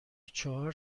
چهار